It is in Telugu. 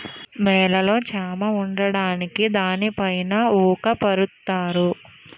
నేలలో చెమ్మ ఉండడానికి దానిపైన ఊక పరుత్తారు